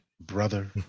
Brother